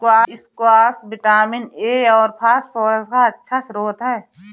squash vitamin A और phosphorus का अच्छा श्रोत है